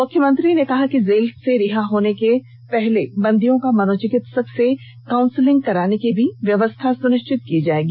मुख्यमंत्री ने कहा कि जेल से रिहा होने के पहले बंदियों का मनोचिकित्सक से काउंसिलंग कराने की भी व्यवस्था सुनिश्चित की जाएगी